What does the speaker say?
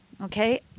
Okay